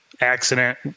accident